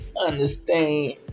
Understand